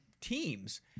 teams